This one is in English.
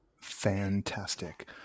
Fantastic